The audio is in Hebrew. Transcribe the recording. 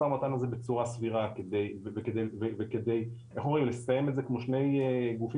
ומתן הזה בצורה סבירה וכדי לסיים את זה כמו שני גופים